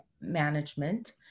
management